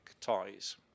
ties